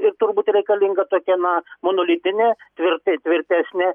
ir turbūt reikalinga tokia na monolitinė tvir tvirtesnė